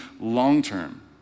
long-term